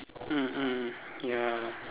mm mm ya